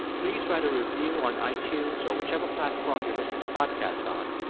please write a review on itunes or whichever platform you listen to podcasts on.